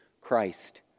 Christ